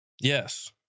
Yes